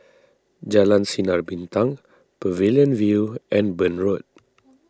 Jalan Sinar Bintang Pavilion View and Burn Road